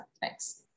Thanks